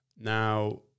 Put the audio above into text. Now